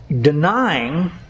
denying